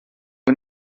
aux